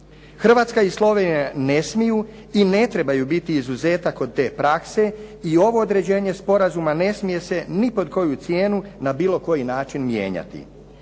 Hrvatska i Slovenija ne smiju i ne trebaju biti izuzetak od te prakse i ovo određenje sporazuma ne smije se ni pod koju cijenu, na bilo koji način mijenjati.